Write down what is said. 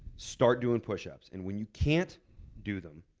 start doing pushups. and when you can't do them,